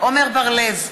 עמר בר-לב,